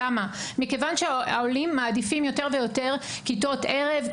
כי העולים מעדיפים יותר ויותר כיתות ערב,